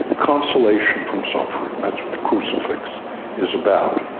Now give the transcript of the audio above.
consolation from suffering, that's what the crucifix is about.